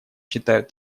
считают